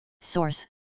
Source